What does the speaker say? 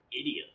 idiot